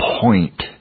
point